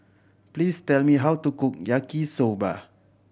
please tell me how to cook Yaki Soba